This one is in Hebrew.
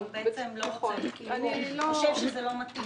הוא בעצם לא רצה, הוא חושב שזה לא מתאים.